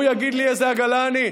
בחייאת, הוא יגיד לי איזו עגלה אני?